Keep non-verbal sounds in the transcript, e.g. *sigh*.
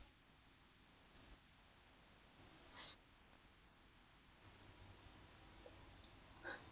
*breath*